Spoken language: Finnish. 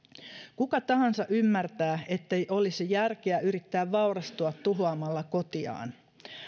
kuka tahansa ymmärtää ettei olisi järkeä yrittää vaurastua tuhoamalla kotiaan